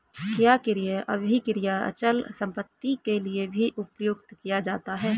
क्या क्रय अभिक्रय अचल संपत्ति के लिये भी प्रयुक्त किया जाता है?